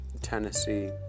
Tennessee